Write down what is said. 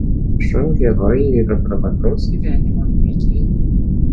šou herojai yra prabangaus gyvenimo mėgėjai